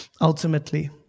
ultimately